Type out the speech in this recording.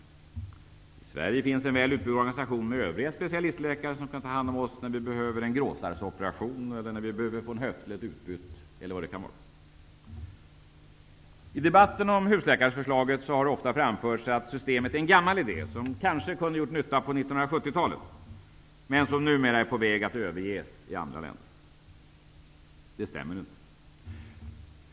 I Sverige finns en väl utbyggd organisation med övriga specialistläkare, som kan ta hand om oss när vi behöver en gråstarroperation, när vi behöver få en höftled utbytt, osv. I debatten om husläkarförslaget har det ofta framförts att systemet är en gammal idé, som kanske kunde ha gjort nytta på 70-talet men som numera är på väg att överges i andra länder. Det stämmer inte.